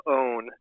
own